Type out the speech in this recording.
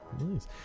Nice